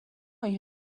est